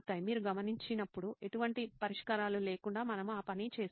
మీరు గమనించినప్పుడు ఎటువంటి పరిష్కారాలు లేకుండా మనము ఆ పని చేసాము